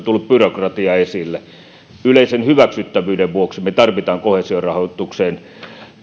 tullut byrokratia esille yleisen hyväksyttävyyden vuoksi me tarvitsemme koheesiorahoitukseen